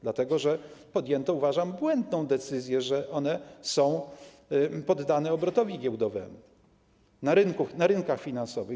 Dlatego że podjęto, uważam, błędną decyzję, że one są poddane obrotowi giełdowemu na rynkach finansowych.